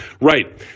Right